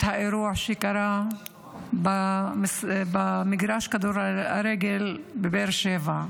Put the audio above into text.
את האירוע שקרה במגרש כדורגל בבאר שבע.